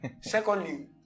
Secondly